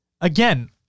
Again